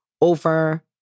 over